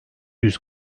yüz